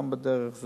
הדרך,